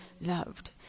loved